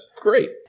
great